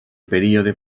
període